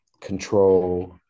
control